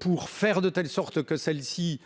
pour faire de telle sorte que celle-ci